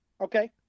Okay